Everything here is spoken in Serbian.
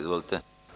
Izvolite.